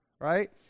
right